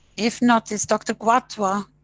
if not is dr gatua,